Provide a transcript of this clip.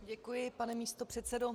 Děkuji, pane místopředsedo.